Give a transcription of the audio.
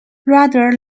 rather